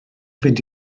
fynd